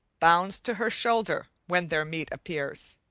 bounds to her shoulder when their meat appears.